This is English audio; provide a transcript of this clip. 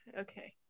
Okay